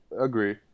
Agree